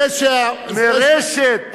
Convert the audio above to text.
מרשת.